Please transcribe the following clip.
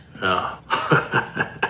No